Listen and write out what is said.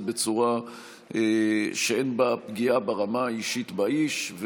בצורה שאין בה פגיעה ברמה האישית באיש.